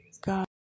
God